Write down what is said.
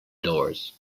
doors